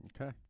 Okay